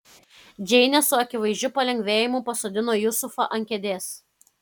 džeinė su akivaizdžiu palengvėjimu pasodino jusufą ant kėdės